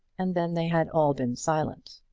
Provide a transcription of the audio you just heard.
and then they had all been silent.